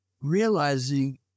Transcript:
realizing